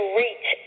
reach